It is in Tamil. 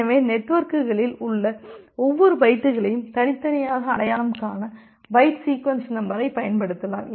எனவே நெட்வொர்க்குகளில் உள்ள ஒவ்வொரு பைட்டுகளையும் தனித்தனியாக அடையாளம் காண பைட் சீக்வென்ஸ் நம்பரைப் பயன்படுத்தலாம்